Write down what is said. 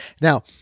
now